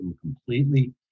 completely